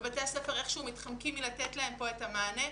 ובתי הספר איכשהו מתחמקים מלתת פה את המענה,